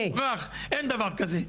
מוכרח, אין דבר כזה.